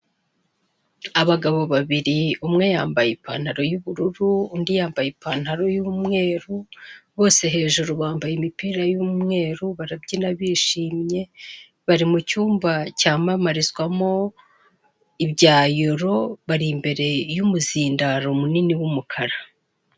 Abagabo babiri, umwe yambaye y'ubururu, undi yambaye ipantaro y'umweru, bose hejuru bambaye imipira y'umweru, barabyina bishimye, bari mu cyumba cyamamarizwa mo ibya yoro, bari imbere y'umuzindaro munini w'umukara.